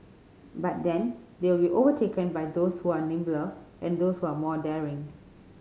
but then they will be overtaken by those who are nimbler and those who are more daring